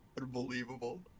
Unbelievable